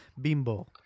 Bimbo